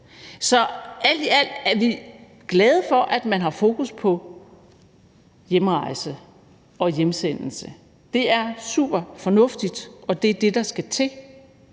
Så alt i alt er vi glade for, at man har fokus på hjemrejse og hjemsendelse. Det er super fornuftigt, og det er det, der skal til,